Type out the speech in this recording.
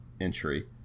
entry